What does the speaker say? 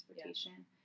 transportation